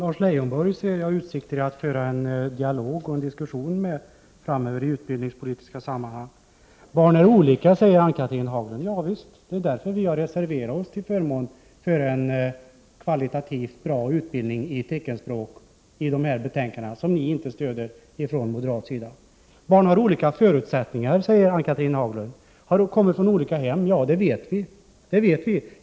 Fru talman! Jag ser möjligheter att framöver föra en dialog och en diskussion med Lars Leijonborg i utbildningspolitiska sammanhang. Barn är olika, säger Ann-Cathrine Haglund. Ja visst, det är därför vi har — Prot. 1988/89:35 reserverat oss till förmån för en kvalitativ utbildning i teckenspråk, men 30 november 1988 denna reservation stöds inte av moderaterna. as SRS a Barn har olika förutsättningar, säger Ann-Cathrine Haglund vidare. De kan komma från olika slags hem, det vet vi.